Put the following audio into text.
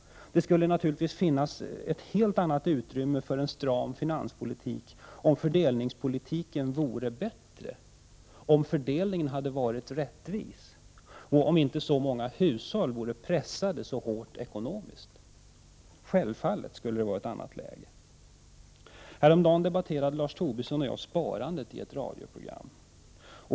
Det skulle naturligtvis finnas ett helt annat utrymme för att föra en stram finanspolitik om fördelningspolitiken vore bättre, om fördelningen hade varit rättvis och om inte så många hushåll vore så hårt ekonomiskt pressade. Självfallet skulle det vara ett annat läge! Häromdagen debatterade Lars Tobisson och jag sparande i ett radioprogram.